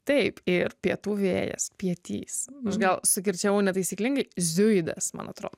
taip ir pietų vėjas pietys aš gal sukirčiavau netaisyklingai ziujidas man atrodo